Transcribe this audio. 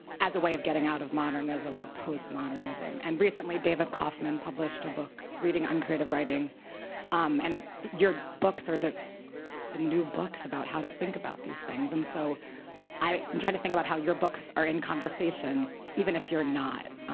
as a way of getting out of modernism, post-modernism. and recently david kaufman published a book reading on creative writing um and your books are the the new books about how to think about these things and so i mean kind of i'm about how your books are in conversation even if you're not.